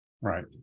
right